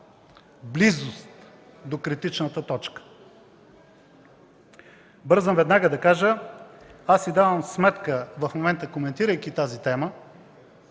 близост до критичната точка. Бързам веднага да кажа – аз си давам сметка в момента, коментирайки тази тема,